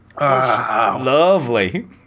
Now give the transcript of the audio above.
lovely